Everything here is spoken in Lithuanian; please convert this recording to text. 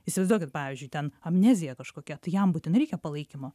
įsivaizduokit pavyzdžiui ten amnezija kažkokia tai jam būtinai reikia palaikymo